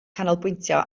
canolbwyntio